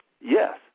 Yes